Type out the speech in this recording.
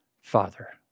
Father